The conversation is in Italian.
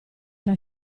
era